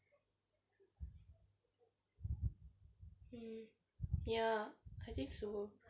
ya I think so